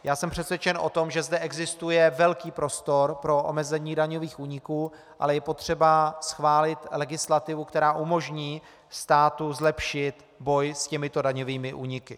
Já jsem přesvědčen o tom, že zde existuje velký prostor pro omezení daňových úniků, ale je potřeba schválit legislativu, která umožní státu zlepšit boj s těmito daňovými úniky.